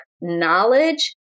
knowledge